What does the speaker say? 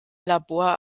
labor